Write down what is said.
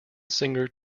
singer